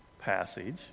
passage